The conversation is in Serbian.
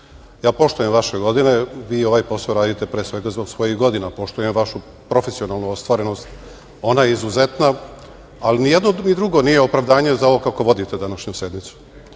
Ja poštujem vaše godine, vi ovaj posao radite pre svega zbog svojih godina. Poštujem vašu profesionalnu ostvarenost. Ona je izuzetna. Ali, ni jedno ni drugo nije opravdanje za ovo kako vodite današnju sednicu. Ja